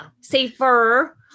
safer